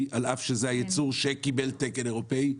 על אף שזה הייצור שקיבל תקן אירופאי?